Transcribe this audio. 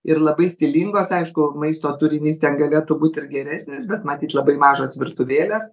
ir labai stilingos aišku maisto turinys ten galėtų būt ir geresnis bet matyt labai mažos virtuvėlės